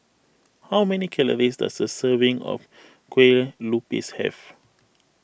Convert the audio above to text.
how many calories does a serving of Kue Lupis have